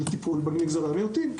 לטיפול במגזרי המיעוטים.